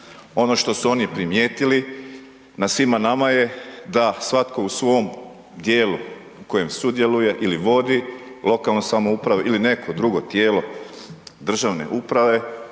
Ono što su oni primijetili, na svima nama je da svatko u svoj dijelu u kojem sudjeluje ili vodi lokalnu samoupravu ili neko drugo tijelo državne uprave,